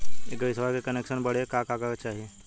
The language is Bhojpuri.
इ गइसवा के कनेक्सन बड़े का का कागज चाही?